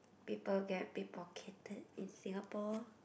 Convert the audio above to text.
people get pick pocketed in Singapore